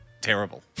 terrible